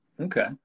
Okay